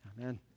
Amen